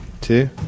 two